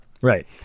right